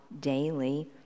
daily